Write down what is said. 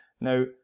Now